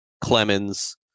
Clemens